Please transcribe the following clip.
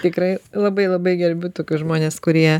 tikrai labai labai gerbiu tokius žmones kurie